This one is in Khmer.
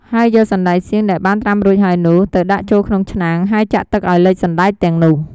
ហើយយកសណ្ដែកសៀងដែលបានត្រាំរួចហើយនោះ ទៅដាក់ចូលក្នុងឆ្នាំង ហើយចាក់ទឹកឱ្យលិចសណ្ដែកទាំងនោះ។